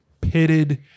pitted